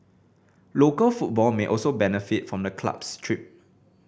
local football may also benefit from the club's trip